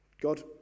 God